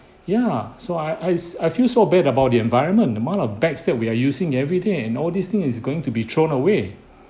ya so I I s~ I feel so bad about the environment amount of bags that we are using everyday and all this thing is going to be thrown away